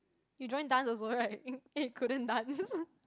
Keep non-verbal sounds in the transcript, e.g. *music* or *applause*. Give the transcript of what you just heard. you join dance also right *laughs* and you couldn't dance